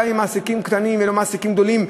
גם מעסיקים קטנים וגם מעסיקים גדולים,